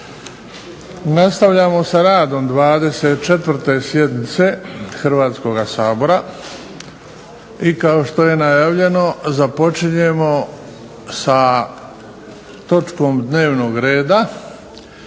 Nastavljamo sa radom 24. sjednice Hrvatskoga saobra, i kao što je najavljeno započinjemo sa točkom dnevnog reda